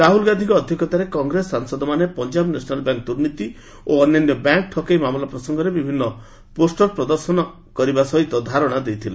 ରାହୁଲ ଗାନ୍ଧିଙ୍କ ଅଧ୍ୟକ୍ଷତାରେ କଂଗ୍ରେସ ସାଂସଦମାନେ ପଞ୍ଜାବ ନ୍ୟାସନାଲ୍ ବ୍ୟାଙ୍କ୍ ଦୁର୍ନୀତି ଓ ଅନ୍ୟାନ୍ୟ ବ୍ୟାଙ୍କ୍ ଠକେଇ ମାମଲା ପ୍ରସଙ୍ଗରେ ବିଭିନ୍ନ ପୋଷ୍ଟର ପ୍ରଦର୍ଶନ କରିବା ସହିତ ଧାରଣା ଦେଇଥିଲେ